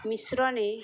মিশ্রণে